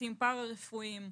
צוותים פרה-רפואיים.